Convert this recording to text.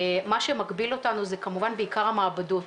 מה שמגביל אותנו זה כמובן בעיקר המעבדות.